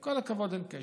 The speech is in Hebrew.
עם כל הכבוד, אין קשר.